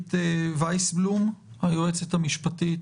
עירית וייסבלום, היועצת המשפטית